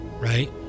right